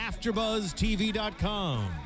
AfterBuzzTV.com